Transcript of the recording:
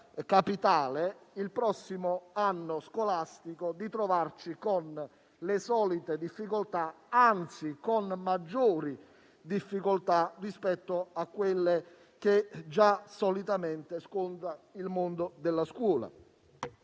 trovarci il prossimo anno scolastico con le solite difficoltà o, anzi, con maggiori difficoltà rispetto a quelle che già solitamente il mondo della scuola